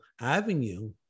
avenue